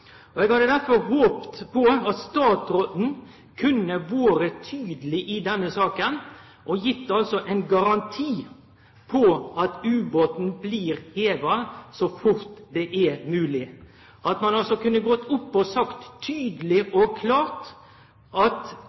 Eg hadde derfor håpt at statsråden kunne vore tydeleg i denne saka og gitt ein garanti for at ubåten blir heva så fort det er mogleg, at ein kunne gått opp og sagt tydeleg og klart at